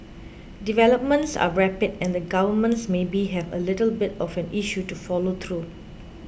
developments are rapid and the governments maybe have a little bit of an issue to follow through